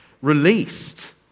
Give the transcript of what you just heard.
Released